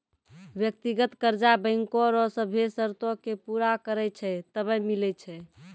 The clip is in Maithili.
व्यक्तिगत कर्जा बैंको रो सभ्भे सरतो के पूरा करै छै तबै मिलै छै